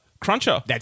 Cruncher